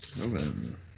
Moving